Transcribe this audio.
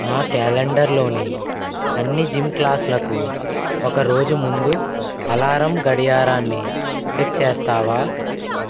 నా క్యాలెండర్లోని అన్ని జిమ్ క్లాస్లకు ఒక రోజు ముందు అలారం గడియారాన్ని సెట్ చేస్తావా